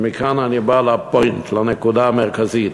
ומכאן אני בא ל-point, לנקודה המרכזית.